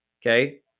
Okay